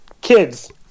kids